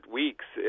weeks